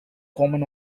common